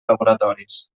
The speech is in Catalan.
laboratoris